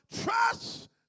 trust